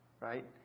right